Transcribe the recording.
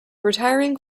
retiring